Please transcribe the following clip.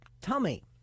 tummy